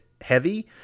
heavy